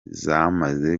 zamaze